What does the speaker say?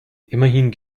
immerhin